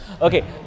Okay